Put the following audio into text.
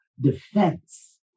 defense